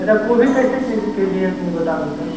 अच्छा कोभी कइसे के जी के जी हइ तनि बता दू तऽ